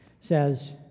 says